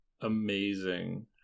amazing